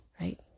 right